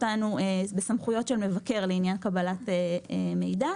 סמכויות של מבקר לעניין קבלת מידע.